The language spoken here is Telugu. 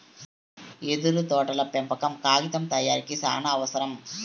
యెదురు తోటల పెంపకం కాగితం తయారీకి సానావసరం